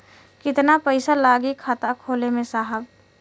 कितना पइसा लागि खाता खोले में साहब?